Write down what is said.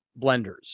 blenders